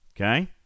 okay